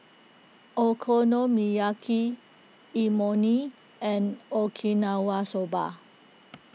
Okonomiyaki Imoni and Okinawa Soba